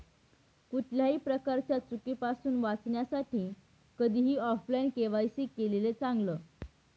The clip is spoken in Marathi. कुठल्याही प्रकारच्या चुकीपासुन वाचण्यासाठी कधीही ऑफलाइन के.वाय.सी केलेलं चांगल